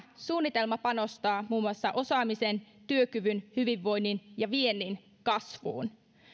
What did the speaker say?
suunnitelma panostaa muun muassa osaamisen työkyvyn hyvinvoinnin ja viennin kasvuun